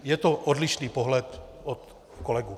Je to odlišný pohled od kolegů.